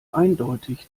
eindeutig